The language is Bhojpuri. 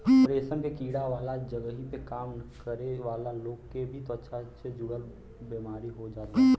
रेशम के कीड़ा वाला जगही पे काम करे वाला लोग के भी त्वचा से जुड़ल बेमारी हो जात बा